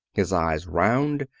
his eyes round,